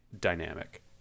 dynamic